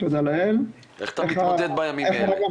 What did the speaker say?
איך אתה מתמודד בימים אלה?